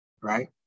right